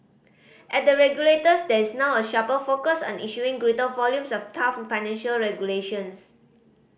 at the regulators there is now a sharper focus on issuing greater volumes of tough financial regulations